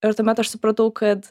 ir tuomet aš supratau kad